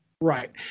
Right